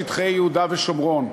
שטחי יהודה ושומרון.